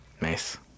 Nice